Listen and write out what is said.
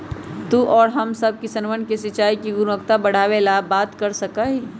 तू और हम सब किसनवन से सिंचाई के गुणवत्ता बढ़ावे ला बात कर सका ही